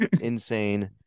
insane